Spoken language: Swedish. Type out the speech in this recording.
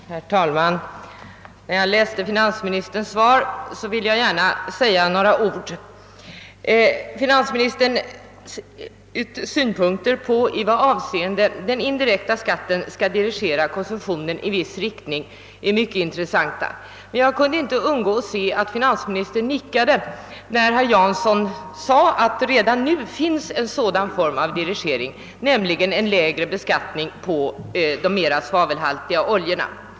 Herr talman! Efter att ha läst finansministerns interpellationssvar vill jag säga några ord. Finansministerns synpunkter på i vad avseende den indirekta skatten skall dirigera konsumtionen i viss riktning är mycket intressanta. Men jag kunde inte undgå att notera att finansministern nickade, när herr Jansson sade att det redan nu finns en sådan form av dirigering, nämligen den lägre beskattningen på de mera svavelhaltiga oljorna.